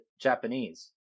Japanese